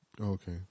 Okay